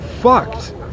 fucked